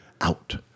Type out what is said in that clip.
out